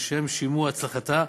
לשם שימור הצלחתה,